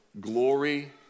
glory